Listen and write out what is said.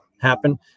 happen